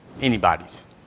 anybody's